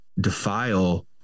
defile